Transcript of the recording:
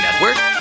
Network